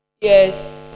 Yes